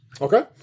Okay